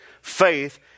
Faith